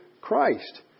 Christ